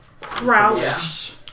Crouch